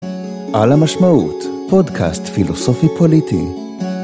על המשמעות פודקאסט פילוסופי פוליטי